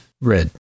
red